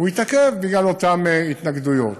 והוא התעכב בגלל אותן התנגדויות.